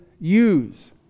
use